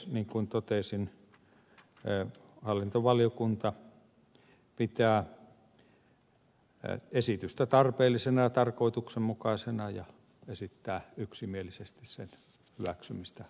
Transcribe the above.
niin kuin totesin hallintovaliokunta pitää esitystä tarpeellisena ja tarkoituksenmukaisena ja esittää yksimielisesti se väsymystä